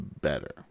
better